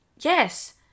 Yes